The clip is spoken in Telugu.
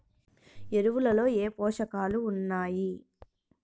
ఎరువులలో ఏ పోషకాలు ఉన్నాయి?